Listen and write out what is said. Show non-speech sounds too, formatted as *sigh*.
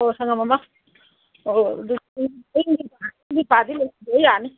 ꯑꯣ ꯁꯪꯉꯝ ꯑꯃ *unintelligible*